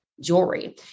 Jewelry